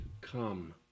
Come